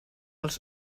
els